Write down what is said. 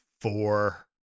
four